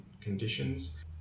conditions